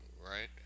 right